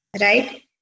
right